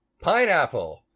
Pineapple